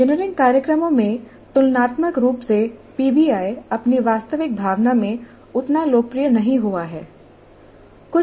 engineering कार्यक्रमों में तुलनात्मक रूप से पीबीआई अपनी वास्तविक भावना में उतना लोकप्रिय नहीं हुआ है